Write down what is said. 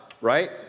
right